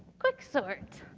quicksort.